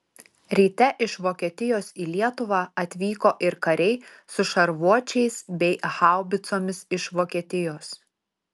ryte iš vokietijos į lietuvą atvyko ir kariai su šarvuočiais bei haubicomis iš vokietijos